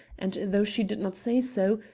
and, though she did not say so,